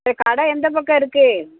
சரி கடை எந்த பக்கம் இருக்குது